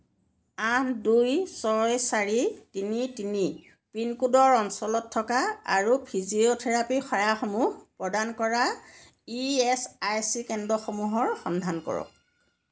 আঠ দুই ছয় চাৰি তিনি তিনি পিনক'ডৰ অঞ্চলত থকা আৰু ফিজিঅ'থেৰাপী সেৱাসমূহ প্ৰদান কৰা ই এচ আই চি কেন্দ্ৰসমূহৰ সন্ধান কৰক